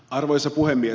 arvoisa puhemies